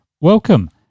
Welcome